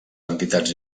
entitats